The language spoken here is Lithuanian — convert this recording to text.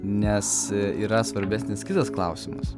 nes yra svarbesnis kitas klausimas